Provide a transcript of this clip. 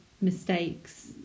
mistakes